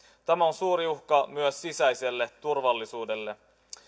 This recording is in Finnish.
tämä on suuri uhka myös sisäiselle turvallisuudelle